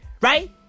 right